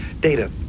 Data